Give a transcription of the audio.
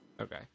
Okay